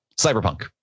Cyberpunk